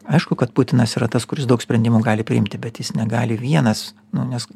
aišku kad putinas yra tas kuris daug sprendimų gali priimti bet jis negali vienas nu nes